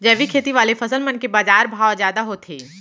जैविक खेती वाले फसल मन के बाजार भाव जादा होथे